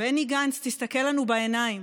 בני גנץ, תסתכל לנו בעיניים.